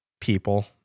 people